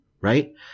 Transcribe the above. Right